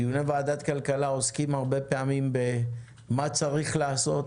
דיוני ועדת הכלכלה עוסקים הרבה פעמים במה צריך לעשות